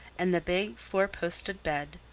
and the big, four-posted bed,